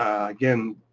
again,